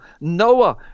noah